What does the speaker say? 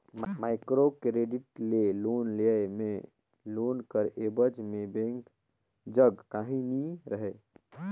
micro credit ले loan लेय में लोन कर एबज में बेंक जग काहीं नी रहें